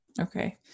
Okay